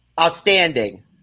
Outstanding